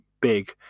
big